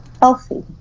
healthy